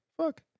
fuck